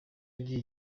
yagiye